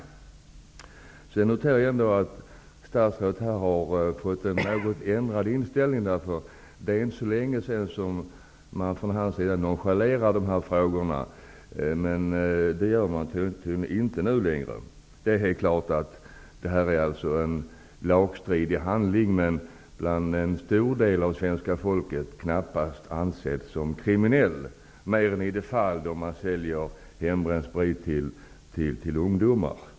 Jag noterar att statsrådet har fått en något ändrad inställning. Det var inte så länge sedan som han nonchalerade dessa frågor, men det gör han tydligen inte nu längre. Det är helt klart att hembränning är en lagstridig handling, men bland en stor del av svenska folket knappast ansedd som kriminell mer än i de fall då man säljer hembränt sprit till ungdomar.